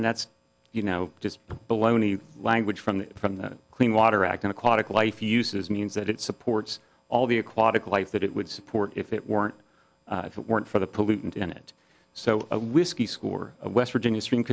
and that's you know just baloney language from the from the clean water act an aquatic life uses means that it supports all the aquatic life that it would support if it weren't weren't for the pollutant in it so a whiskey score of west virginia stream